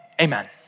Amen